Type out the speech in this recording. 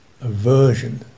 aversion